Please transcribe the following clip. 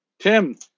Tim